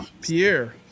Pierre